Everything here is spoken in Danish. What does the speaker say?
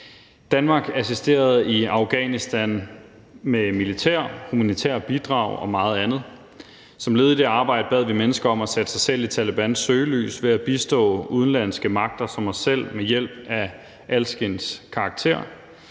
Danmark assisterede i Afghanistan med militær, humanitære bidrag og meget andet. Som led i det arbejde bad vi mennesker om at sætte sig selv i Talebans søgelys ved at bistå udenlandske magter som os selv med hjælp af alskens karakter